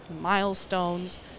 milestones